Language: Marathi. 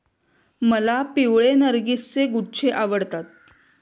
मला पिवळे नर्गिसचे गुच्छे आवडतात